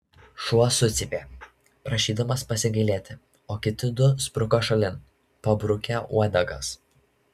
šuo sucypė prašydamas pasigailėti o kiti du spruko šalin pabrukę uodegas